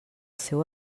seu